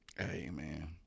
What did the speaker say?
amen